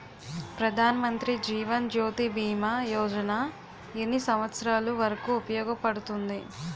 ప్రధాన్ మంత్రి జీవన్ జ్యోతి భీమా యోజన ఎన్ని సంవత్సారాలు వరకు ఉపయోగపడుతుంది?